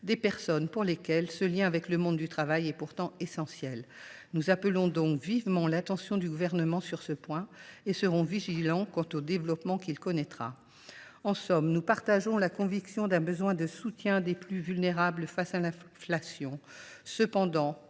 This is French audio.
des personnes pour lesquelles ce lien avec le monde du travail est pourtant essentiel. Nous appelons donc vivement l’attention du Gouvernement sur ce point et serons vigilants quant aux développements qu’il connaîtra. En somme, nous partageons la conviction d’un besoin de soutien des plus vulnérables face à l’inflation.